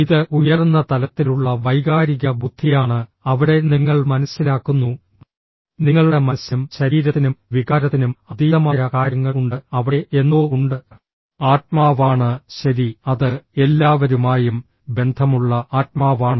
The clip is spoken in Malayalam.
ഇത് ഉയർന്ന തലത്തിലുള്ള വൈകാരിക ബുദ്ധിയാണ് അവിടെ നിങ്ങൾ മനസ്സിലാക്കുന്നു നിങ്ങളുടെ മനസ്സിനും ശരീരത്തിനും വികാരത്തിനും അതീതമായ കാര്യങ്ങൾ ഉണ്ട് അവിടെ എന്തോ ഉണ്ട് ആത്മാവാണ് ശരി അത് എല്ലാവരുമായും ബന്ധമുള്ള ആത്മാവാണ്